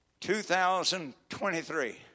2023